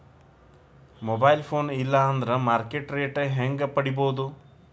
Mobile phone ಇಲ್ಲಾ ಅಂದ್ರ market rate ಹೆಂಗ್ ಪಡಿಬೋದು?